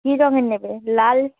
কী রঙের নেবে লাল